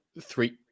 three